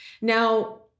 Now